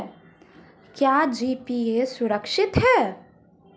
क्या जी.पी.ए सुरक्षित है?